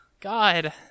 God